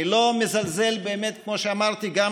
אני לא מזלזל, באמת, כמו שאמרתי, גם